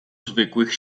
zwykłych